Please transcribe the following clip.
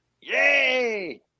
Yay